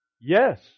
yes